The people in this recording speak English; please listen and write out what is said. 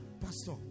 Pastor